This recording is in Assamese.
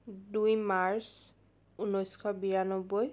দুই মাৰ্চ ঊনৈছশ বিৰানব্বৈ